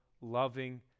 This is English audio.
loving